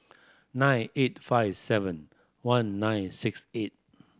nine eight five seven one nine six eight